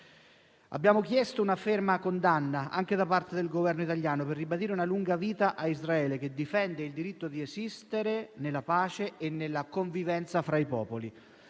Abbiamo chiesto una ferma condanna anche da parte del Governo italiano per ribadire una lunga vita a Israele, che difende il diritto di esistere nella pace e nella convivenza fra i popoli.